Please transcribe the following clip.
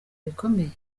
bikomeye